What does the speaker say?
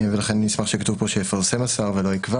ולכן נשמח שיהיה כתוב פה 'שיפרסם השר' ולא יקבע.